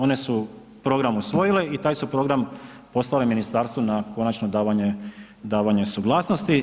One su program usvojile i taj su program poslale ministarstvu na konačno davanje suglasnosti.